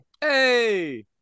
Hey